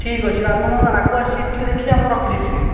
ଠିକ୍ ଅଛି ଆପଣ ଆଗୁଆ ସିଟ୍ ଟିକେ ଦେଖିକି ଆମକୁ ରଖି ଦେଇଥିବେ